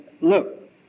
look